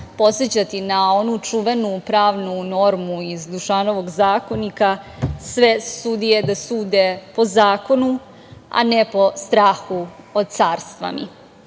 podsećati na onu čuvenu pravnu normu iz Dušanovog zakonika – sve sudije da sude po Zakonu, a ne po strahu, od carstva mi.